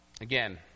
again